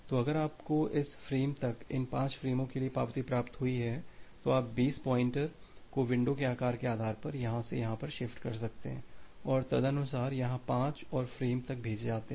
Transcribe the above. तो अगर आपको इस फ्रेम तक इन 5 फ़्रेमों के लिए पावती प्राप्त हुई है तो आप बेस पॉइंटर को विंडो के आकार के आधार पर यहां से यहां पर शिफ्ट कर सकते हैं और तदनुसार यहां 5 और फ्रेम तक हो जाता है